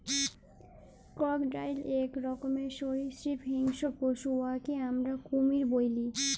crocodile ইক রকমের সরীসৃপ হিংস্র পশু উয়াকে আমরা কুমির ব্যলি